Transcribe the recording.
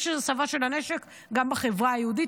יש הסבה של הנשק גם בחברה היהודית,